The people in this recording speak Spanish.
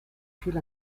fiel